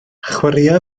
chwaraea